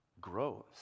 grows